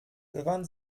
gewann